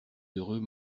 heureux